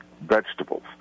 vegetables